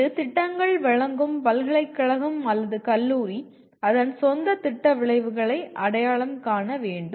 இது திட்டங்கள் வழங்கும் பல்கலைக்கழகம் அல்லது கல்லூரி அதன் சொந்த திட்ட விளைவுகளை அடையாளம் காண வேண்டும்